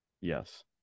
Yes